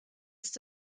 ist